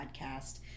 podcast